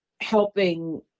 helping